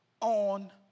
on